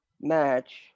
match